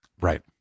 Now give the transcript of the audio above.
Right